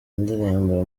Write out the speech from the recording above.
indirimbo